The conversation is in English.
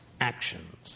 actions